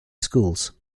schools